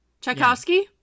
Tchaikovsky